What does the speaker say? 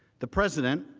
the president